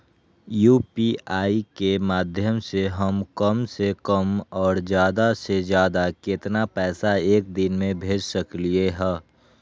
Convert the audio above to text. UPI के माध्यम से हम कम से कम और ज्यादा से ज्यादा केतना पैसा एक दिन में भेज सकलियै ह?